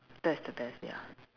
that's the best ya